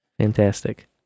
Fantastic